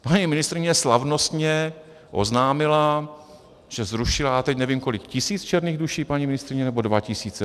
Paní ministryně slavnostně oznámila, že zrušila, já teď nevím kolik tisíc černých duší, paní ministryně, nebo dva tisíce?